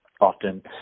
often